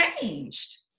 Changed